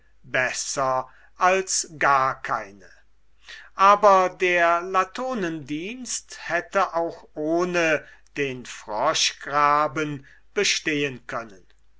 besser als gar keine aber der latonendienst hätte auch ohne den geheiligten froschgraben bestehen können